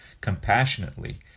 compassionately